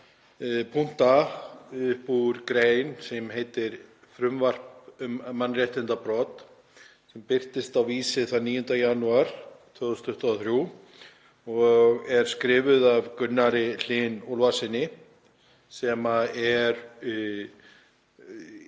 punkta úr grein sem heitir „Frumvarp um mannréttindabrot“ sem birtist á Vísi þann 9. janúar 2023 og er skrifuð af Gunnari Hlyni Ólafssyni sem er í